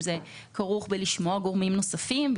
אם זה כרוך בשמיעת גורמים נוספים,